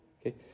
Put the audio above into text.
okay